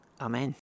amen